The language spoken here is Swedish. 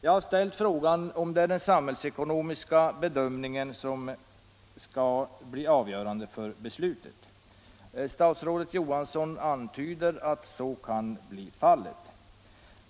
Jag har ställt frågan om det är den samhällsekonomiska bedömningen som kommer att bli avgörande för beslutet, och statsrådet Johansson antyder att så kan bli fallet.